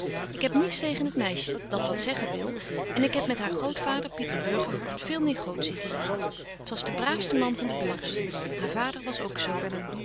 ik heb niets tegen het meisje dat wat zeggen wil en ik heb met haar grootvader pieter burgerhart veel negotie gedaan t was de braafste man van de beurs haar vader was ook zo